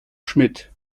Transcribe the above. schmidt